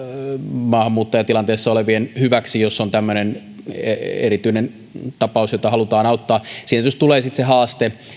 maahanmuuttajatilanteessa olevien hyväksi jos on tämmöinen erityinen tapaus jota halutaan auttaa siinä tietysti tulee sitten se haaste